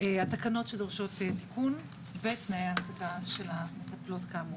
התקנות שדורשות תיקון ותנאי ההעסקה של המטפלות כאמור.